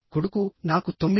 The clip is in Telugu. కొడుకు నాకు 9